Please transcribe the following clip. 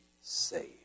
saved